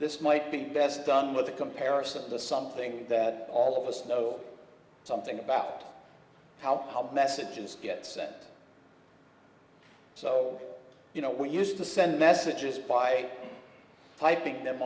this might be best done with a comparison of the something that all of us know something about how messages get sent so you know we used to send messages by typing them